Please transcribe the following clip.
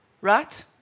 Right